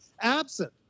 absent